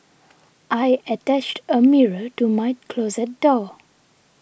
I attached a mirror to my closet door